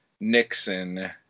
Nixon